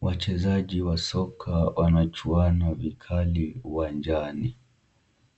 Wachezaji wa soka wanachuana vikali uwanjani,